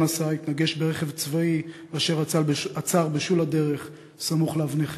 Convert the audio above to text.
נסעה התנגש ברכב צבאי אשר עצר בשול הדרך סמוך לאבני-חפץ,